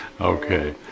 Okay